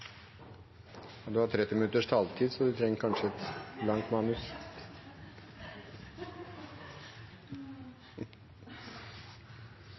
president! Du har 30 minutters taletid, men du har kanskje et langt manus.